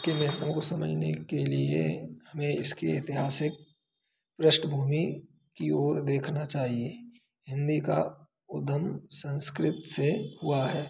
के महत्वों को समझने के लिए हमें इसके ऐतिहासिक पृष्टभूमि की ओर देखना चाहिए हिन्दी का उद्धम संस्कृत से हुआ है